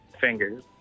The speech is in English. fingers